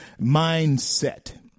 mindset